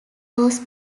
was